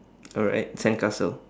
alright sandcastle